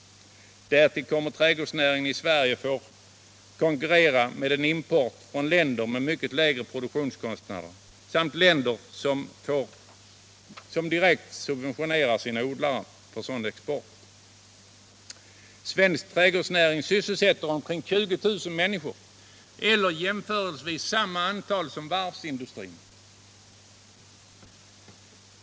Därtill kommer att trädgårdsnäringen i Sverige får konkurrera med en import från länder med mycket lägre produktionskostnader och från länder vilkas odlare får direkta exportsubventioner. Svensk trädgårdsnäring sysselsätter omkring 20000 människor eller ungefär samma antal som varvsindustrin.